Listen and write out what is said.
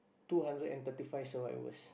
two hundred and thirty five survivors